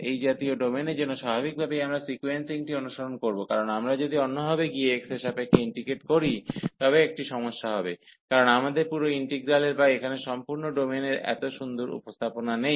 এই জাতীয় ডোমেনের জন্য স্বাভাবিকভাবেই আমরা সিকোয়েন্সিংটি অনুসরণ করব কারণ আমরা যদি অন্যভাবে গিয়ে x এর সাপেক্ষে ইন্টিগ্রেট করি তবে একটি সমস্যা হবে কারণ আমাদের পুরো ইন্টিগ্রালের বা এখানে সম্পূর্ণ ডোমেনের এত সুন্দর উপস্থাপনা নেই